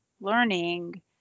learning